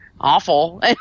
awful